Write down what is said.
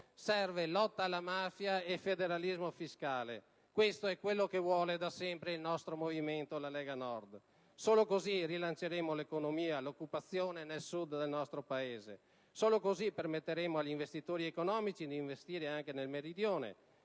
amministratori e il federalismo fiscale, quello che vuole da sempre il nostro movimento, la Lega Nord. Solo così rilanceremo l'economia e l'occupazione nel Sud del nostro Paese; solo così permetteremo agli investitori economici di impegnare risorse anche nel Meridione;